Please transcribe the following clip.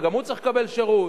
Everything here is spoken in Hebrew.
וגם הוא צריך לקבל שירות,